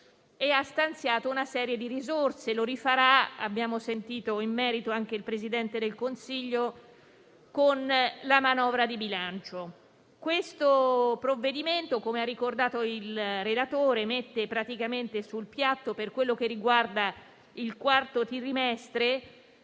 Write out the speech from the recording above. e ha stanziato una serie di risorse e - lo rifarà - abbiamo sentito in merito anche il Presidente del Consiglio - con la manovra di bilancio. Il provvedimento, come ha ricordato il relatore, mette sul piatto, per quanto riguarda il quarto trimestre,